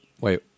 Wait